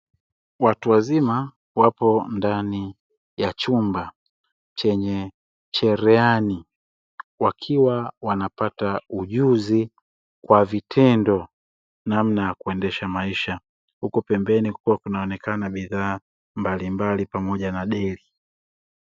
Watu wazima wapo ndani ya chumba chenye cherehani wakiwa wanapata ujuzi kwa vitendo, namna ya kuendesha maisha huku pembeni kukiwa kunaonekana bidhaa mbalimbali, pamoja na deli.